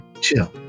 chill